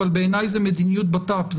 אבל בעיניי זאת מדיניות בט"פ,